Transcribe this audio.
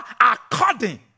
according